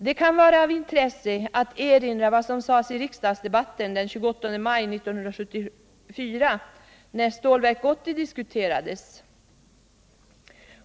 Det kan vara av intresse att erinra vad som sades i riksdagsdebatten den 28 maj 1974, när Stålverk 80 diskuterades.